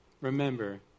Remember